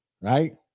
right